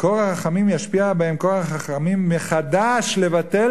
מקור הרחמים ישפיע בהם כוח הרחמים מחדש לבטל